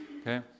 Okay